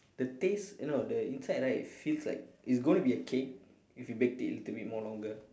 the taste eh no the inside right it feels like it's gonna be a cake if you baked it a little bit more longer